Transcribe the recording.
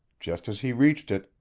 just as he reached it,